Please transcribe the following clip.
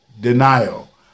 denial